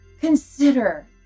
consider